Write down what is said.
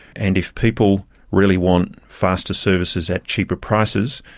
and if people really want faster services at cheaper prices,